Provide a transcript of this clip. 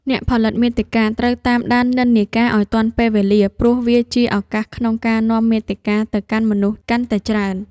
អ្នកផលិតមាតិកាត្រូវតាមដាននិន្នាការ ឱ្យទាន់ពេលវេលា ព្រោះវាជាឱកាសក្នុងការនាំមាតិកាទៅកាន់មនុស្សកាន់តែច្រើន។